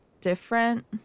different